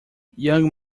young